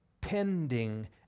Pending